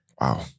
Wow